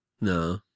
No